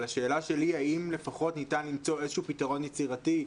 אבל השאלה שלי היא האם לפחות ניתן למצוא איזה פתרון יצירתי,